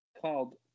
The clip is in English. called